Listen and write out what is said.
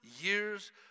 Years